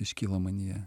iškyla manyje